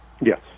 Yes